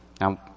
Now